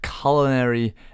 culinary